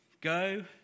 Go